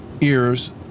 ears